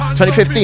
2015